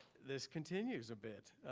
this continues a bit.